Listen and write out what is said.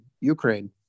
Ukraine